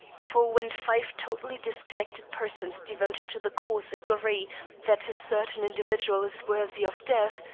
for, when five totally disconnected persons devoted to the cause agree that a certain individual is worthy of death,